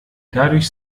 dadurch